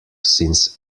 since